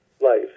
life